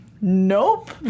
nope